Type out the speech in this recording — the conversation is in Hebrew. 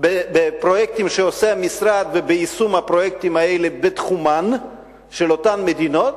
בפרויקטים שעושה המשרד וביישום הפרויקטים האלה בתחומן של אותן מדינות,